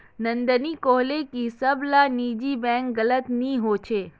नंदिनी कोहले की सब ला निजी बैंक गलत नि होछे